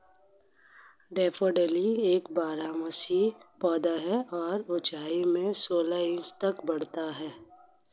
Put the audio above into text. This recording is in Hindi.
डैफोडिल एक बारहमासी पौधा है और ऊंचाई में सोलह इंच तक बढ़ता है